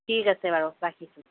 ঠিক আছে বাৰু ৰাখিছোঁ